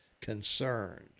concerned